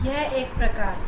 यह तो एक तरीका था